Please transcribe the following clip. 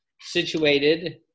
situated